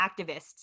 activists